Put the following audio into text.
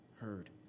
heard